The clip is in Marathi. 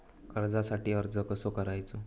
कर्जासाठी अर्ज कसो करायचो?